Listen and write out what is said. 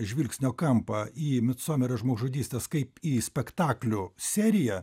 žvilgsnio kampą į micomerio žmogžudystes kaip į spektaklių seriją